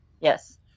Yes